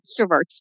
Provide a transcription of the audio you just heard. extroverts